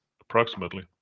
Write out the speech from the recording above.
approximately